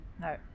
No